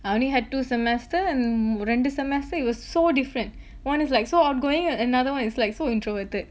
I only had two semester and ரெண்டு:rendu semester was so different [one] is like so outgoing and another one is like so introverted